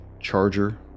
Charger